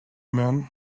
man